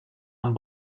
amb